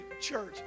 church